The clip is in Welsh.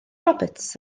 roberts